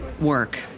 work